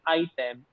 item